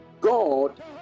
god